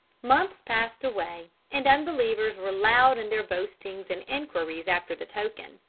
months passed away, and unbelievers were loud in their boastings and enquiries after the token.